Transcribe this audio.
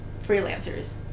freelancers